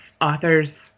author's